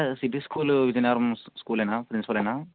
city school Vizianagaram స్కూలేనా ఫ్రిన్సిఫలేనా